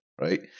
right